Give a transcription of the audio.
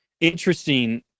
interesting